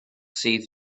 sydd